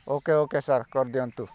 okay okay sir କରିଦିଅନ୍ତୁ